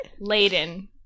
Laden